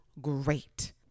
great